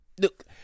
look